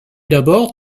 d’abord